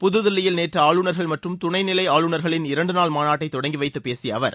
புத்தில்லியில் நேற்று ஆளுநர்கள் மற்றும் துணைநிலை ஆளுநர்களின் இரண்டுநாள் மாநாட்டை தொடங்கிவைத்துப் பேசிய அவர்